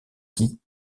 qui